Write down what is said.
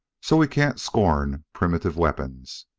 so we can't scorn primitive weapons.